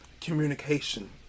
communication